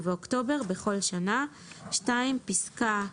ובאוקטובר בכל שנה"; פסקה (3)